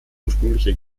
ursprüngliche